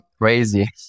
Crazy